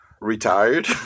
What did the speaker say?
Retired